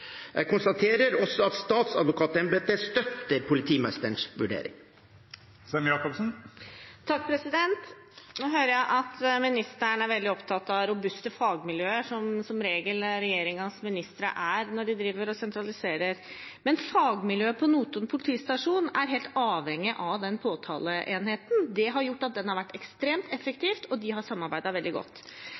Jeg konstaterer også at statsadvokatembetet støtter politimesterens vurdering. Nå hører jeg at justisministeren er veldig opptatt av robuste fagmiljøer som regjeringens statsråder som regel er når de driver og sentraliserer. Men fagmiljøet på Notodden politistasjon er helt avhengig av den påtaleenheten. Det har gjort at den har vært ekstrem effektiv, og de har samarbeidet veldig godt.